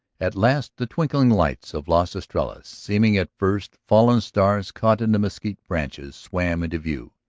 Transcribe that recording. at last the twinkling lights of las estrellas, seeming at first fallen stars caught in the mesquite branches, swam into view.